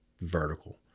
vertical